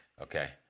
Okay